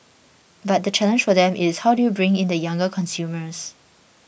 but the challenge for them is how do you bring in the younger consumers